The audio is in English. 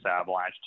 Avalanche